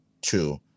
two